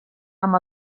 amb